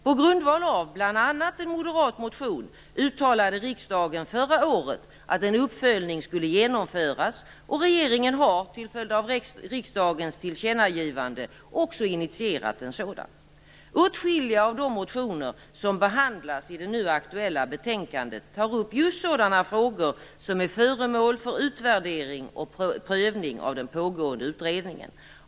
På grundval av bl.a. en moderat motion uttalade riksdagen förra året att en uppföljning skulle genomföras, och regeringen har till följd av riksdagens tillkännagivande också initierat en sådan. Åtskilliga av de motioner som behandlas i det nu aktuella betänkandet tar upp just sådana frågor som är föremål för utvärdering och prövning av den pågående utredningen.